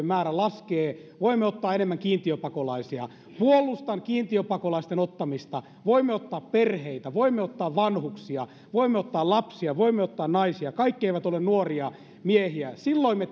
määrä laskee voimme ottaa enemmän kiintiöpakolaisia puolustan kiintiöpakolaisten ottamista voimme ottaa perheitä voimme ottaa vanhuksia voimme ottaa lapsia voimme ottaa naisia kaikki eivät ole nuoria miehiä edustaja niikko kun me